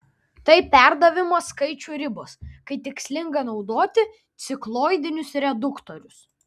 tai perdavimo skaičių ribos kai tikslinga naudoti cikloidinius reduktorius